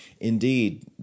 Indeed